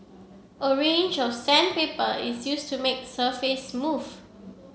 a range of sandpaper is used to make surface smooth